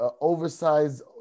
oversized